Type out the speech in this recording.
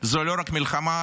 זו לא רק המלחמה,